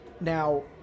now